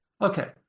Okay